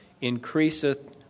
increaseth